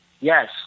Yes